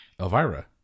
Elvira